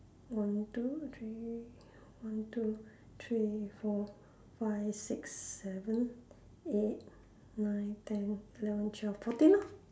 one two three one two three four five six seven eight nine ten eleven twelve fourteen lor